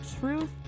Truth